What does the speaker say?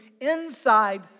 inside